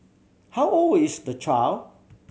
how old is the child